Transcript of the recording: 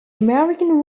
american